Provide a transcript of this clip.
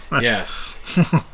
Yes